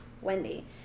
Wendy